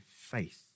faith